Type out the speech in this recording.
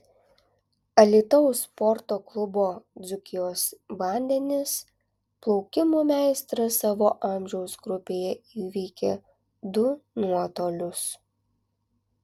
alytaus sporto klubo dzūkijos vandenis plaukimo meistras savo amžiaus grupėje įveikė du nuotolius